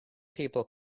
people